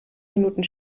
minuten